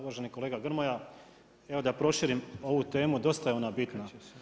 Uvaženi kolega Grmoja evo da proširim ovu temu, dosta je ona bitna.